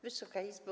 Wysoka Izbo!